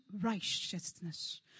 righteousness